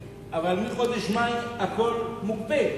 אבל מחודש מאי הכול מוקפא.